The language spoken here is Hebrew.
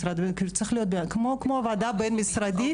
משרדים אחרים כמו ועדה בין-משרדית,